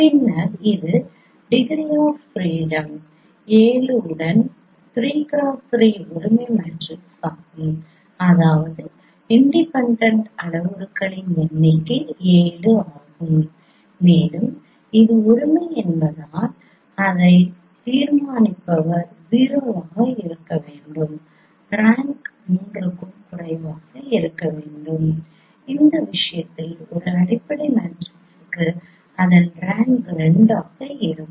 பின்னர் இது degree of freedom 7 உடன் 3x3 ஒருமை மேட்ரிக்ஸ் ஆகும் அதாவது இண்டிபெண்டெண்ட் அளவுருவின் எண்ணிக்கை 7 ஆகும் மேலும் இது ஒருமை என்பதால் அதன் தீர்மானிப்பவர் 0 ஆக இருக்க வேண்டும் ரேங்க் 3 க்கும் குறைவாக இருக்க வேண்டும் இந்த விஷயத்தில் ஒரு அடிப்படை மேட்ரிக்ஸுக்கு அதன் ரேங்க் 2 ஆக இருக்கும்